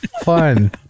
fun